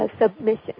submission